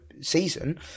season